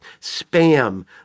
spam